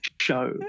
show